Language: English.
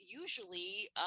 usually